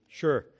sure